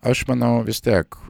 aš manau vis tiek